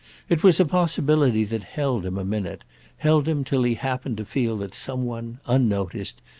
it was a possibility that held him a minute held him till he happened to feel that some one, unnoticed,